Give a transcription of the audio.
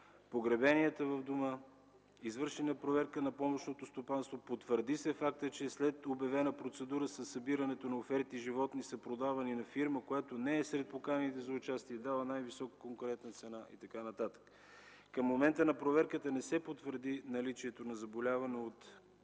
погребенията в дома. Извършена е проверка на помощното стопанство. Потвърди се фактът, че след обявена процедура със събирането на оферти животни са продавани на фирма, която не е сред поканените за участие и дава най-висока конкретна цена и така нататък. Към момента на проверката не се потвърди наличието на заболяване от